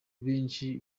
benshi